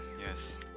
yes